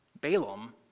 Balaam